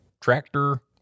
tractor